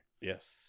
Yes